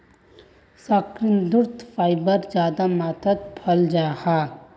शकार्कंदोत फाइबर ज्यादा मात्रात पाल जाहा